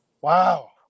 Wow